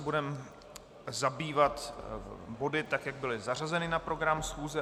Budeme se zabývat body, jak byly zařazeny na program schůze.